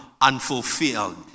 unfulfilled